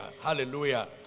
Hallelujah